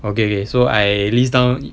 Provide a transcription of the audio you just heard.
okay okay so I list down